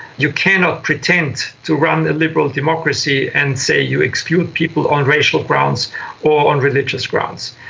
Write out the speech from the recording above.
you cannot pretend to run a liberal democracy and say you exclude people on racial grounds or on religious grounds,